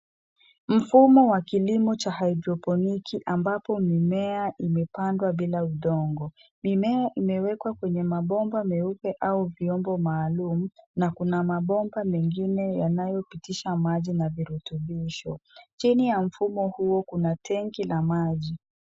Mfumo wa kilimo cha(cs) hygrophonic(cs) ambapo mimea imepandwa bila udogo. Mimea imeweka kwenye mabomba meupe au vyombo maalum na kuna mabomba mengine yanayopitisha maji na virutubisho. Chini ya mfumo huo kuna(cs) tenki(cs) la maji.